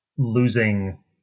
losing